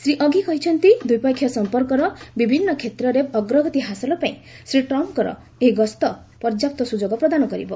ଶ୍ରୀ ଅଘି କହିଛନ୍ତି ଦ୍ୱିପକ୍ଷୀୟ ସମ୍ପର୍କର ବିଭିନ୍ନ କ୍ଷେତ୍ରରେ ଅଗ୍ରଗତି ହାସଲ ପାଇଁ ଶ୍ରୀ ଟ୍ରମ୍ପଙ୍କର ଏହି ଗସ୍ତ ପର୍ଯ୍ୟାପ୍ତ ସୁଯୋଗ ପ୍ରଦାନ କରିବ